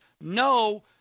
no